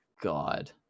god